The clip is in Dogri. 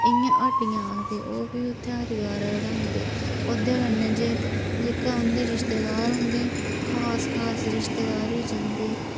इ'यां हड्डियां आखदे ओह् फ्ही उत्थें हरिद्वार रडांदे ओह्दे कन्नै जेह्के उं'दे रिश्तेदार होंदे खास खास रिश्तेदार ही जंदे